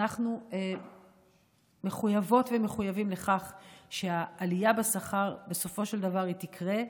אנחנו מחויבות ומחויבים לכך שהעלייה בשכר בסופו של דבר תקרה.